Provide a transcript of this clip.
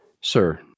Sir